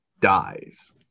Dies